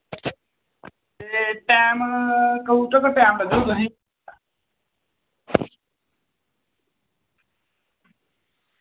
एह् टैम कदूं तगर टैम लग्गग तुसेंगी